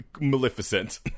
Maleficent